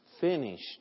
finished